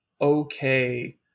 okay